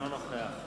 מצביע איציק,